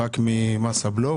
רק ממס הבלו,